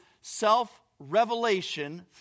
self-revelation